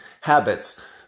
habits